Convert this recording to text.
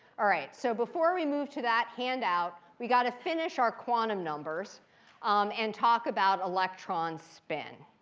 all right, so before we move to that handout, we've got to finish our quantum numbers um and talk about electron spin.